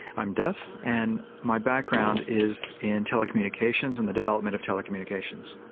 i'm deaf, and my background is in telecommunications and the development of telecommunications.